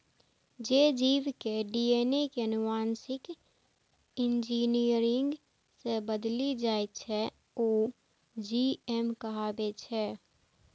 जे जीव के डी.एन.ए कें आनुवांशिक इंजीनियरिंग सं बदलि देल जाइ छै, ओ जी.एम कहाबै छै